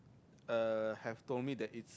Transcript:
uh have told me that it's